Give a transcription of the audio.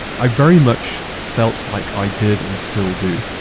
i very much felt like i did and still do.